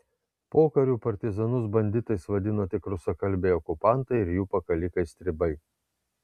pokariu partizanus banditais vadino tik rusakalbiai okupantai ir jų pakalikai stribai